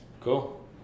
Cool